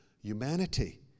humanity